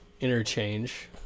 interchange